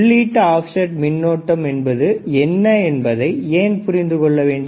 உள்ளீட்டு ஆப்செட் மின்னோட்டம் என்பது என்ன என்பதை ஏன் புரிந்துகொள்ள வேண்டும்